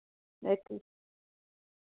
इक